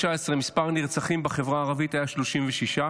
בחברה הערבית היה 36,